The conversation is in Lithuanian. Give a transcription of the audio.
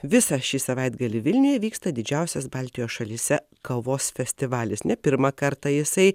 visą šį savaitgalį vilniuje vyksta didžiausias baltijos šalyse kavos festivalis ne pirmą kartą jisai